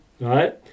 right